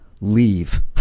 leave